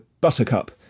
buttercup